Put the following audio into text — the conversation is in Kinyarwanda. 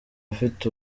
ufite